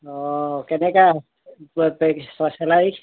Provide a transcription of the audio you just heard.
অঁ কেনেকৈ চেলাৰি